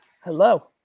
Hello